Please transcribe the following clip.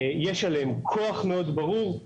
יש עליהם כוח מאוד ברור.